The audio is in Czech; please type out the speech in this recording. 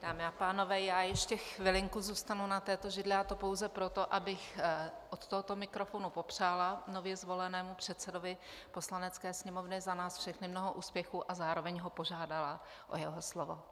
Dámy a pánové, já ještě chvilinku zůstanu na této židli, a to pouze proto, abych od tohoto mikrofonu popřála nově zvolenému předsedovi Poslanecké sněmovny za nás všechny mnoho úspěchů a zároveň ho požádala o jeho slovo.